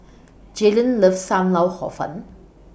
Jalon loves SAM Lau Hor Fun